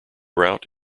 route